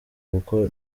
kuko